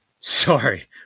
Sorry